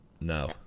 no